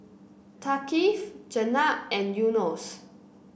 Thaqif Jenab and Yunos